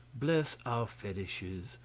bless our fetiches,